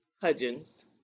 Hudgens